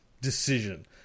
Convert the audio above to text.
decision